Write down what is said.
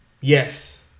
Yes